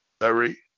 Larry